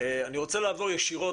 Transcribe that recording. אבל אני רוצה לעבור ישירות